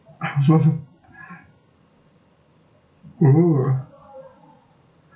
oh